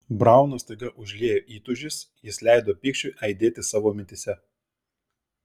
brauną staiga užliejo įtūžis jis leido pykčiui aidėti savo mintyse